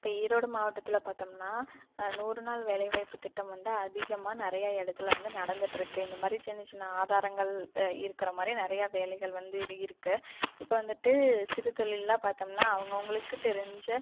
இப்போ ஈரோடு மாவட்டத்தில் பார்த்தோம்னா நூறு நாள் வேலைவாய்ப்பு திட்டம் வந்து அதிகமாக நிறைய இடத்துல வந்து நடந்துகிட்ருக்கு இந்த மாதிரி சின்ன சின்ன ஆதாரங்கள் இருக்கிற மாதிரி நிறைய வேலைகள் வந்து இரு இருக்குது இப்போ வந்துட்டு சிறு தொழில்லாம் பார்த்தோம்னா அவங்கவுங்களுக்கு தெரிஞ்ச